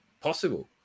possible